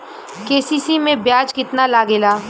KCC में ब्याज कितना लागेला?